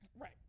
right